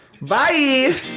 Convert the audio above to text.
Bye